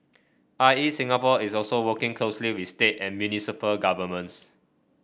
I E Singapore is also working closely with state and municipal governments